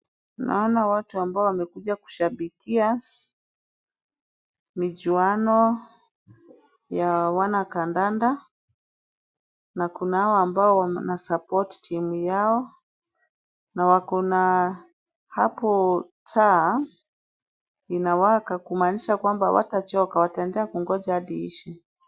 Naona watu ambao wamekuja kushabikia michuano ya wanakandanda na kuna hao ambao wanasupport timu yao na wako na hapo taa inawaka kumaanisha kwamba hawatachoka, wataendelea kungoja hadi iishe.